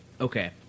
Okay